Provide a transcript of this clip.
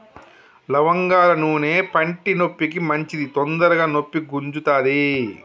లవంగాల నూనె పంటి నొప్పికి మంచిది తొందరగ నొప్పి గుంజుతది